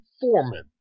foreman